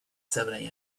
seven